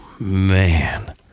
man